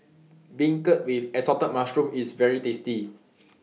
Beancurd with Assorted Mushrooms IS very tasty